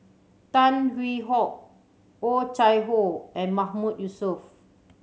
Tan Hwee Hock Oh Chai Hoo and Mahmood Yusof